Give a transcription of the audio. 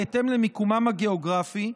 בהתאם למיקומם הגיאוגרפי,